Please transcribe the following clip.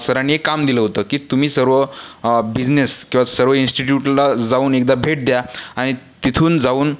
सरांनी एक काम दिलं होतं की तुम्ही सर्व बिझनेस किंवा सर्व इन्स्टिट्यूटला जाऊन एकदा भेट द्या आणि तिथून जाऊन